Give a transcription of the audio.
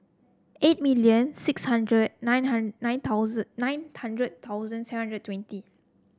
eight million six hundred nine nine thousand nine hundred thousand seven hundred twenty